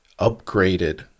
upgraded